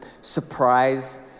surprise